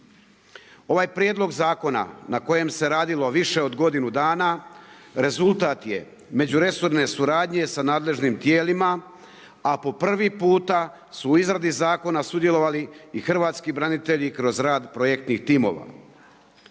Ovaj prijedlog zakona na kojem se radilo više od godinu dana, rezultat je međuresorne suradnje sa nadležnim tijelima a po prvi puta su izradi zakona sudjelovali i hrvatski branitelji kroz rad projektnih timova.